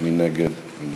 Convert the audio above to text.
מי נגד?